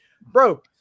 bro